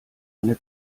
eine